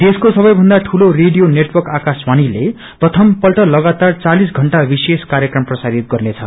देशको सबैभन्दा ठूलो रेडिले नेटवर्क आकाशवाणीको प्रथमपल्ट लगातार चालिस घण्टा विशेष कार्यक्रम प्रसाारित गर्नेछ